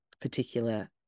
particular